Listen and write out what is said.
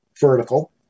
vertical